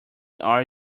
are